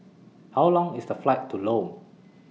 How Long IS The Flight to Lome